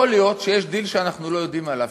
יכול להיות שיש דיל שאנחנו לא יודעים עליו,